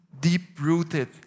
deep-rooted